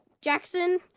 Jackson